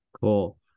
Cool